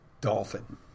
Dolphin